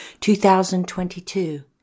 2022